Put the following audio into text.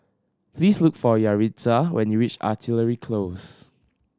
please look for Yaritza when you reach Artillery Close